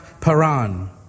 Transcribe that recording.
Paran